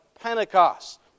Pentecost